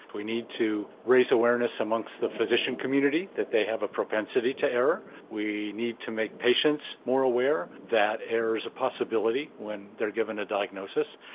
we need to raise awareness amongst the physician community, that they have a propensity to error. we need to make patients more aware that errors are a possibility when they are given a diagnosis.